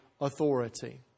authority